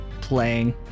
playing